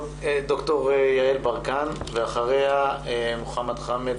ד"ר יעל ברקן ואחריה מוחמד חאמד,